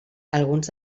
alguns